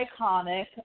iconic